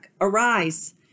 Arise